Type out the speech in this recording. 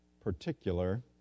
particular